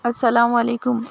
اَلسّلامُ عَلَیکم